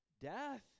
death